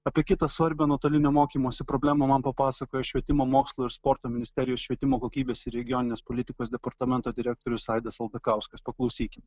apie kitą svarbią nuotolinio mokymosi problema man papasakojo švietimo mokslo ir sporto ministerijos švietimo kokybės ir regioninės politikos departamento direktorius aidas aldakauskas paklausykim